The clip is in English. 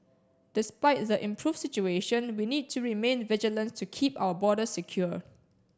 despite the improved situation we need to remain vigilant to keep our borders secure